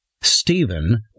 Stephen